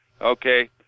Okay